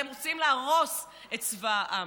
אתם רוצים להרוס את צבא העם.